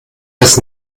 das